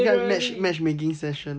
ma~match making session